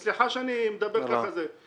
סליחה שאני מדבר, אבל ככה זה.